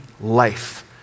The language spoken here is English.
life